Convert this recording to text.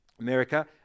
America